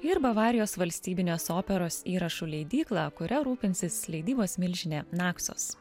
ir bavarijos valstybinės operos įrašų leidyklą kuria rūpinsis leidybos milžinė naksos